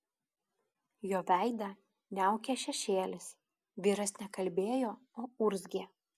jo veidą niaukė šešėlis vyras ne kalbėjo o urzgė